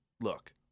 look